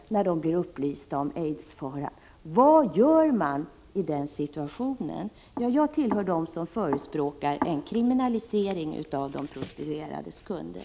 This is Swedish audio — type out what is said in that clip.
Vad gör man i den situationen? Jag tillhör dem som förespråkar en kriminalisering av de prostituerades kunder.